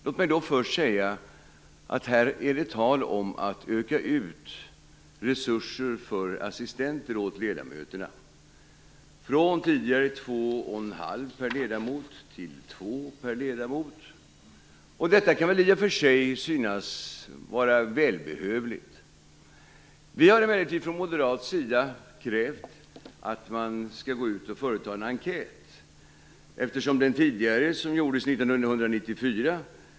Låt mig först säga att det här är tal om att öka ut resurser för assistenter åt ledamöterna, från tidigare 1 assistent per 2 1⁄2 ledamot till 1 assistent per 2 ledamöter. Detta kan i och för sig synas vara välbehövligt.